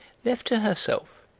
left to herself,